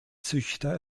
züchter